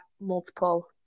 multiple